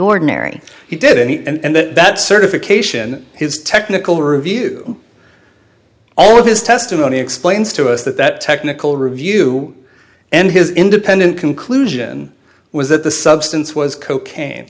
ordinary he did and then that certification his technical review all of his testimony explains to us that that technical review and his independent conclusion was that the substance was cocaine